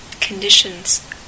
conditions